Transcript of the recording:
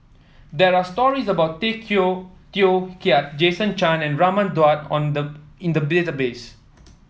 there are stories about Tay Teow Kiat Jason Chan and Raman Daud on the in the database